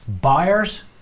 buyers